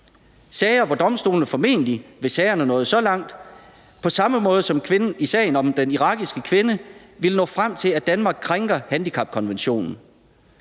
sager, hvor domstolene formentlig, hvis sagerne nåede så langt, på samme måde som ved sagen om den irakiske kvinde, ville nå frem til, at Danmark krænker handicapkonventionen.